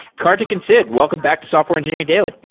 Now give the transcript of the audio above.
karthik and sid, welcome back to software engineering daily.